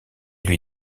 lui